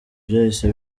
byahise